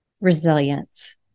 Resilience